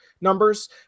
numbers